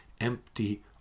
empty